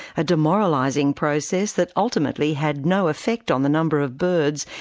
a demoralising process that ultimately had no effect on the number of birds,